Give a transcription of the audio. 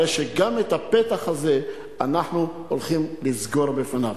הרי שגם את הפתח הזה אנחנו הולכים לסגור בפניו.